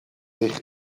eich